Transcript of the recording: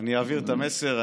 אני אעביר את המסר.